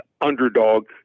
underdog